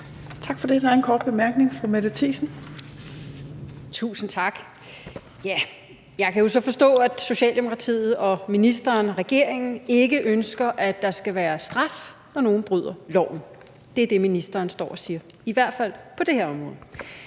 Tak for det. Der er en kort bemærkning. Fru Mette Thiesen. Kl. 18:36 Mette Thiesen (NB): Jeg kan så forstå, at Socialdemokratiet, ministeren og regeringen ikke ønsker, at der skal være straf, når nogen bryder loven. Det er det, ministeren står og siger – i hvert fald på det her område.